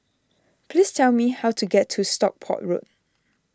please tell me how to get to Stockport Road